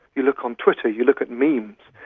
you look on twitter, you look at memes,